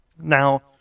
Now